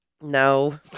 No